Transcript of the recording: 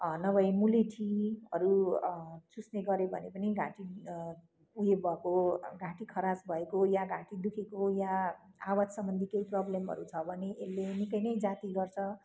नभए मुलेठीहरू चुस्ने गर्यो भने पनि घाँटी उयो भएको घाँटी खरास भएको या घाँटी दुखेको या आवाज सम्बन्धी केही प्रब्लमहरू छ भने यसले निकै नै जाती गर्छ